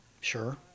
Sure